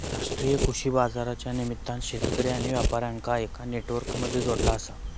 राष्ट्रीय कृषि बाजारच्या निमित्तान शेतकरी आणि व्यापार्यांका एका नेटवर्क मध्ये जोडला आसा